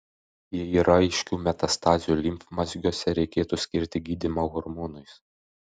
jei yra aiškių metastazių limfmazgiuose reikėtų skirti gydymą hormonais